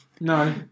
No